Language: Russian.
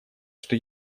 что